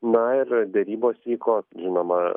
na ir derybos vyko žinoma